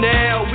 now